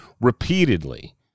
repeatedly